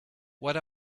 what